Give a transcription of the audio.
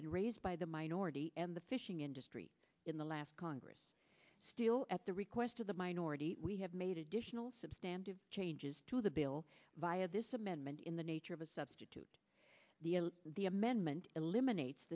been raised by the minority and the fishing industry in the last congress still at the request of the minority we have made additional substantial changes to the bill via this amendment in the nature of a substitute the amendment eliminates